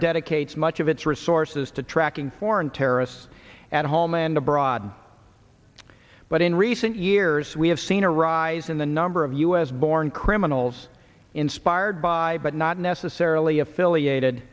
dedicates much of its resources to tracking foreign terrorists at home and abroad but in recent years we have seen a rise in the number of u s born criminals inspired by but not necessarily affiliated